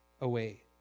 away